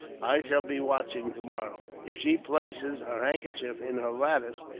i shall be watching, tomorrow. if she places her handkerchief in her lattice,